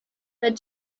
that